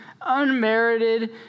unmerited